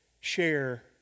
share